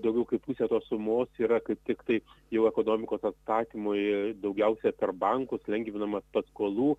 daugiau kaip pusė tos sumos yra kaip tiktai jau ekonomikos atstatymui daugiausia per bankus lengvinamas paskolų